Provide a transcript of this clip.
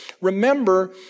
remember